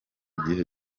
gihe